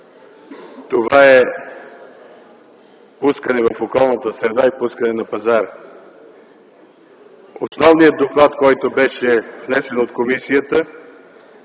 това е пускане в околната среда и пускане на пазара. Основният доклад, който беше внесен от комисията,